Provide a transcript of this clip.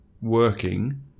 working